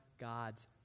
God's